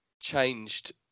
changed